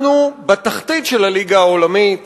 אנחנו בתחתית של הליגה העולמית